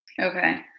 Okay